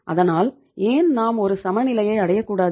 அதனால் ஏன் நாம் ஒரு சமநிலையை அடைய கூடாது